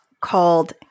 called